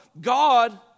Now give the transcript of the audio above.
God